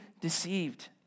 deceived